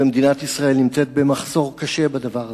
ומדינת ישראל במחסור קשה בנושא הזה,